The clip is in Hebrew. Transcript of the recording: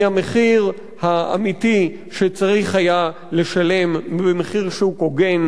מהמחיר האמיתי שצריך היה לשלם במחיר שוק הוגן